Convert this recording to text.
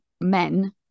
men